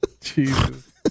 Jesus